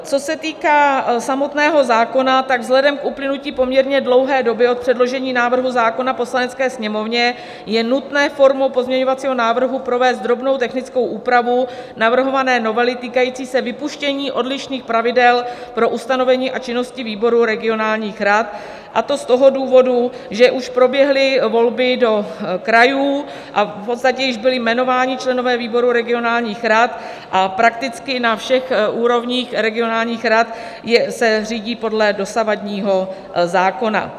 Co se týká samotného zákona, tak vzhledem k uplynutí poměrně dlouhé doby od předložení návrhu zákona Poslanecké sněmovně je nutné formou pozměňovacího návrhu provést drobnou technickou úpravu navrhované novely, týkající se vypuštění odlišných pravidel pro ustanovení a činnosti výboru regionálních rad, a to z toho důvodu, že už proběhly volby do krajů a v podstatě již byli jmenováni členové výborů regionálních rad a prakticky na všech úrovních regionálních rad se řídí podle dosavadního zákona.